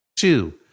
Two